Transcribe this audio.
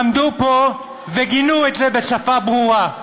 עמדו פה וגינו את זה בשפה ברורה.